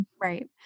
Right